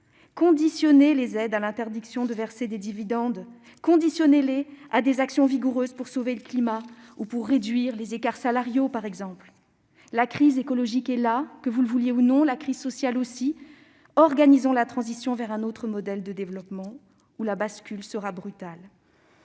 Conditionnez les aides à l'interdiction de verser des dividendes, à des actions vigoureuses pour sauver le climat ou pour réduire les écarts salariaux, par exemple. Que vous le vouliez ou non, la crise écologique et là ; la crise sociale aussi. Organisons la transition vers un autre modèle de développement, ou la bascule sera brutale.